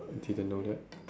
didn't know that